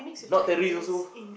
not terrorist also